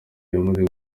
yamaze